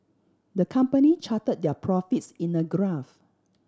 the company chart their profits in a graph